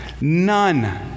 None